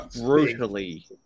brutally